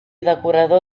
decorador